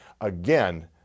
Again